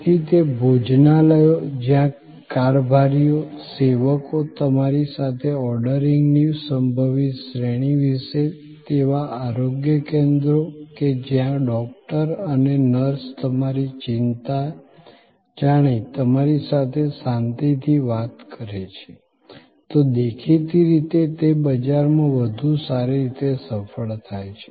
તેથી તે ભોજનાલયો જ્યાં કારભારીઓ સેવકો તમારી સાથે ઓર્ડરિંગની સંભવિત શ્રેણી વિશે તેવા આરોગ્ય કેન્દ્રો કે જ્યાં ડોક્ટર અને નર્સ તમારી ચિંતા જાણી તમારી સાથે શાંતિ થી વાત કરે છે તો દેખીતી રીતે તે બજારમાં વધુ સારી રીતે સફળ થાય છે